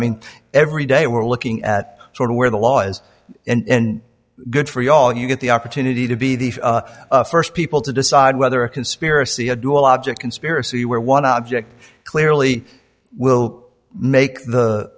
mean every day we're looking at sort of where the laws and good for you all you get the opportunity to be the st people to decide whether a conspiracy a dual object conspiracy where one object clearly will make the